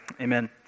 Amen